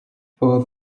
for